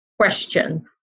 question